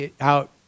out